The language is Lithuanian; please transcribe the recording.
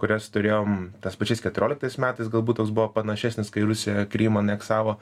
kurias turėjom tais pačiais keturioliktais metais galbūt toks buvo panašesnis kai rusija krymą aneksavo